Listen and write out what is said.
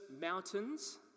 mountains